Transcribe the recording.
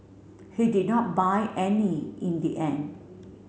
he did not buy any in the end